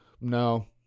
No